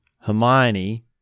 Hermione